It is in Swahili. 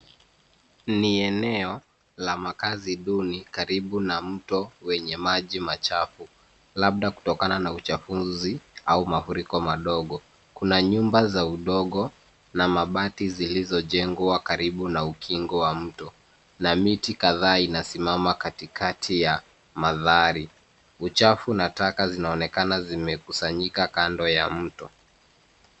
Ni eneo la makazi duni karibu na mto wenye maji machafu labda kutokana na uchafuzi au mafuriko madogo. Kuna nyumba za udongo na mabati zilizojengwa karibu na ukingo wa mto na miti kadhaa inasimama katikati ya mandhari. Uchafu na taka zinaonekana zimekusanyika kando ya mto.